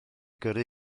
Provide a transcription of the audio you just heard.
gyrru